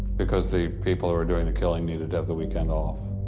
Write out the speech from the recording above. because the people who were doing the killing needed to have the weekend off.